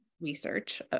research